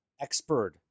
expert